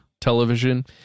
television